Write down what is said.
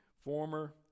former